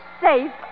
safe